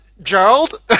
Gerald